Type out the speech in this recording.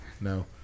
No